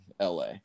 LA